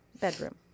bedroom